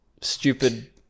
stupid